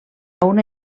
una